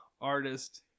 artist